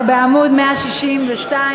אנחנו בעמוד 162,